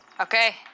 Okay